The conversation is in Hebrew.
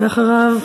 ואחריו,